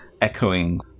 echoing